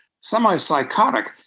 semi-psychotic